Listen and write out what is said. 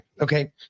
Okay